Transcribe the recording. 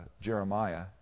Jeremiah